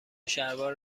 شلوار